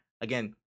again